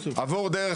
עבור דרך